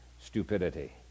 stupidity